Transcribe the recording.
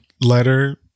letter